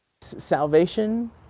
salvation